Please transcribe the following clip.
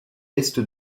est